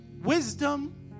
wisdom